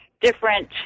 different